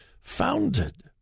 founded